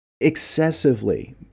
excessively